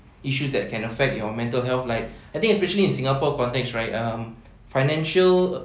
issues that can affect your mental health like I think especially in singapore context right um financial